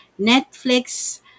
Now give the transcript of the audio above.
Netflix